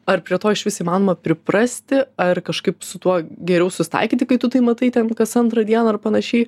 ar prie to išvis įmanoma priprasti ar kažkaip su tuo geriau susitaikyti kai tu tai matai ten kas antrą dieną ar panašiai